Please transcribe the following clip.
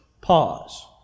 pause